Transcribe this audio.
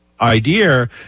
idea